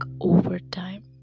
overtime